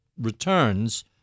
returns